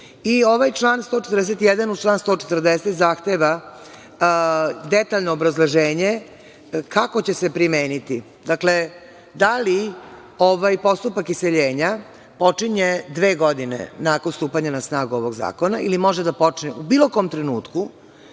ovaj član 141. uz član 140. zahteva detaljno obrazloženje kako će se primeniti. Dakle, da li ovaj postupak iseljenja počinje dve godine nakon stupanja na snagu ovog zakona, ili može da počne u bilo kom trenutku,